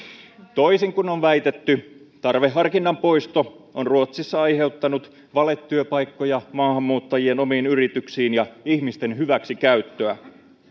toisin kuin on väitetty tarveharkinnan poisto on ruotsissa aiheuttanut valetyöpaikkoja maahanmuuttajien omiin yrityksiin ja ihmisten hyväksikäyttöä